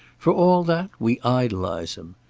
for all that, we idolize him.